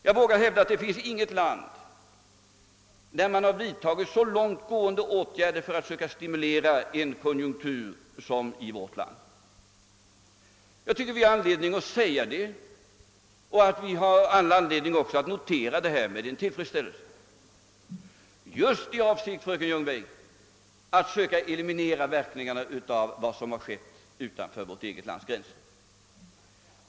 Jag vågar hävda att man inte i något land vidtagit så långt gående åtgärder för att söka stimulera konjunkturen som vi gjort här i Sverige. Jag tycker det finns all anledning att säga detta och att notera det med tillfredsställelse. Och vi har vidtagit dessa åtgärder, fröken Ljungberg, just i avsikt att eliminera verkningarna av vad som skett utanför vårt lands gränser.